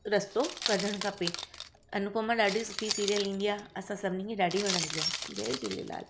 रस्तो कढणु खपे अनुपमा ॾाढी सुठी सीरियल ईंदी आहे असां सभिनी खे ॾाढी वणंदी आहे जय झूलेलाल